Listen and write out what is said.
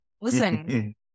Listen